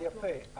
אז יפה,